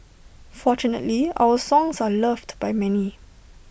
fortunately our songs are loved by many